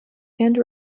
and